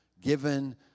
given